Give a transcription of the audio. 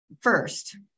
first